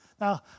Now